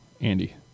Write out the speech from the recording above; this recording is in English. Andy